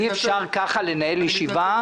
אי אפשר כך לנהל ישיבה.